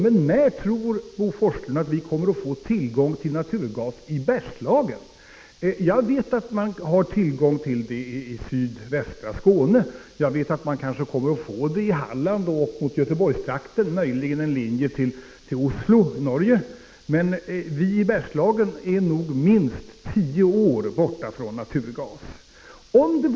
Men när tror Bo Forslund att vi kommer att få tillgång till naturgas i Bergslagen? Jag vet att man har tillgång till naturgas i sydvästra Skåne och kanske kommer att få det i Halland och mot Göteborg — möjligen en linje till Oslo och Norge. Men vi i Bergslagen är nog minst tio år ifrån naturgasen.